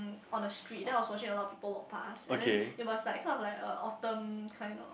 on the street then I was watching a lot of people walk pass and then it must like kind of like a Autumn kind of